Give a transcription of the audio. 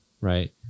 right